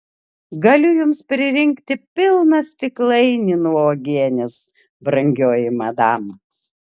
galiu jums pririnkti pilną stiklainį nuo uogienės brangioji madam